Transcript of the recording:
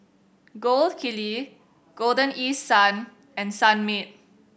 Gold Kili Golden East Sun and Sunmaid